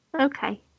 Okay